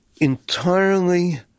entirely